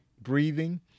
breathing